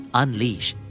unleash